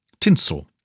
Tinsel